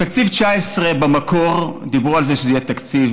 תקציב 2019, במקור דיברו על זה שזה יהיה תקציב